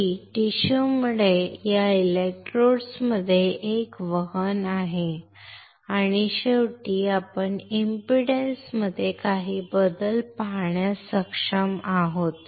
की टिश्यू मुळे या इलेक्ट्रोड्समध्ये एक वहन आहे आणि शेवटी आपण इंपीडन्स मध्ये काही बदल पाहण्यास सक्षम आहोत